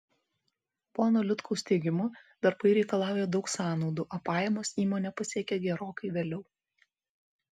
pono liutkaus teigimu darbai reikalauja daug sąnaudų o pajamos įmonę pasiekia gerokai vėliau